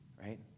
right